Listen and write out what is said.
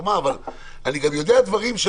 אבל אני גם יודע דברים,